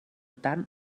tant